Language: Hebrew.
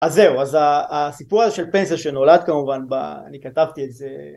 אז זהו הסיפור הזה של פנסיה שנולד כמובן אני כתבתי את זה